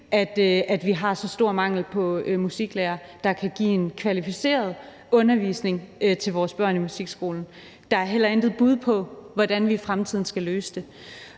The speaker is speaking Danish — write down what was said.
at vi har så stor mangel på musiklærere, der kan give en kvalificeret undervisning til vores børn i musikskolen. Der er heller intet bud på, hvordan vi i fremtiden skal løse det.